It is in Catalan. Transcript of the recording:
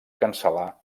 cancel·lar